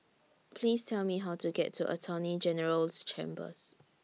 Please Tell Me How to get to Attorney General's Chambers